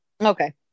Okay